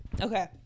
Okay